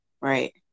Right